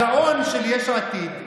הגאון של יש עתיד,